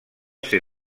ser